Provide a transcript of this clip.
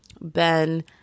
Ben